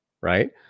right